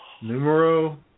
Numero